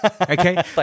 Okay